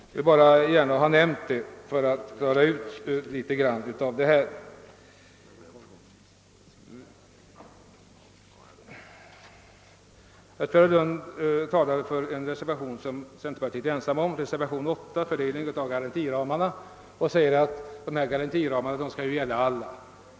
Jag vill bara gärna nämna det för att klara ut litet grand av det här. Herr Nilsson talade för en reservation som centerpartiet är ensamt om, reservation 8, fördelningen av garantiramarna, och säger att dessa garantiramar skall gälla alla.